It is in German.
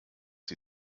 sie